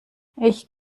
ich